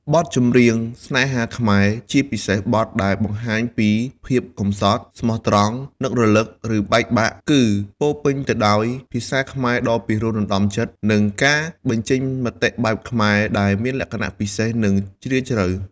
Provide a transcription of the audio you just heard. បទចម្រៀងស្នេហាខ្មែរ ជាពិសេសបទដែលបង្ហាញពី ភាពកម្សត់ ស្មោះត្រង់ នឹករលឹក ឬបែកបាក់ គឺពោរពេញទៅដោយ ភាសាខ្មែរដ៏ពីរោះរណ្ដំចិត្ត និងការបញ្ចេញមតិបែបខ្មែរ ដែលមានលក្ខណៈពិសេស និងជ្រាលជ្រៅ។